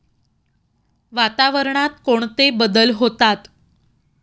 वातावरणात कोणते बदल होतात?